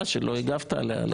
הצעה שלא הגבת עליה.